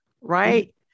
right